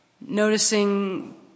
noticing